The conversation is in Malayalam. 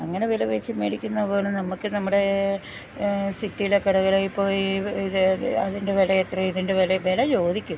അങ്ങനെ വില പേശി മേടിക്കുന്ന പോലെ നമുക്ക് നമ്മുടെ സിറ്റീലെ കടകളി പോയി ഇത് അതിൻ്റെ വിലയെത്ര ഇതിൻ്റെ വില വില ചോദിക്കും